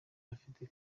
bafite